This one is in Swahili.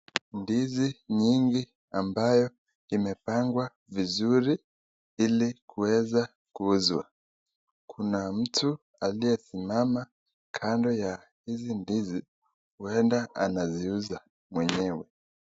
Ndizi nyingi ambayo imepangwa vizuri ili kuweza kuuzwa. Kuna mtu aliyesimama kando ya hizi ndizi huenda anaziuza mwenyewe.